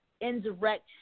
indirect